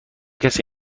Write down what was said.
کسی